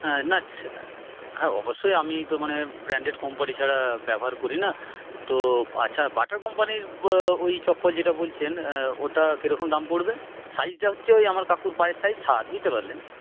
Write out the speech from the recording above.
হ্যাঁ না হ্যাঁ অবশ্যই আমি তো মানে ব্র্যান্ডেড কোম্পানি ছাড়া ব্যবহার করিনা তো আচ্ছা বাটার কোম্পানির ওই চপ্পল যেটা বলছেন ওটা কীরকম দাম পড়বে সাইজটা হচ্ছে ওই আমার কাকুর পায়ের সাইজ সাত বুঝতে পারলেন